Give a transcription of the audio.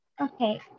Okay